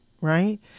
Right